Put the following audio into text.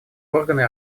органы